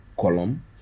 column